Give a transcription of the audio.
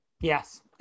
Yes